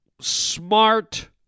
smart